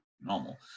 normal